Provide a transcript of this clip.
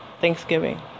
Thanksgiving